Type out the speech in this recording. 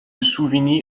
souvigny